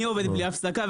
אני עובד בלי הפסקה,